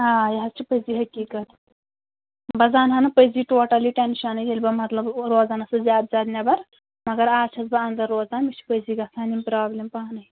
آ یہِ حَظ چھِ پٔزی حقیٖقتھ بہٕ زانہا نہٕ پٔزی ٹوٹٔلی ٹٮ۪نشَنٕے ییٚلہِ بہٕ مطلب روزان ٲسٕس زیادٕ زیادٕ نٮ۪بر مگر اَز چھَس بہٕ اَنٛدر روزان مےٚ چھِ پٔزی گژھان یِم پرٛابلِم پانَے